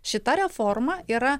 šita reforma yra